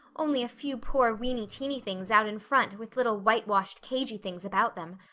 only a few poor weeny-teeny things out in front with little whitewashed cagey things about them.